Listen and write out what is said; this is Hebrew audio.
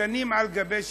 שנים על גבי שנים,